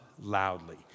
loudly